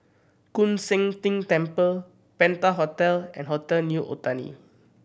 Koon Seng Ting Temple Penta Hotel and Hotel New Otani